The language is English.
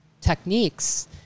techniques